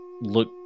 look